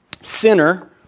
sinner